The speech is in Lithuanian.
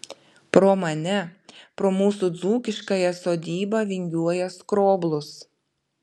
pro mane pro mūsų dzūkiškąją sodybą vingiuoja skroblus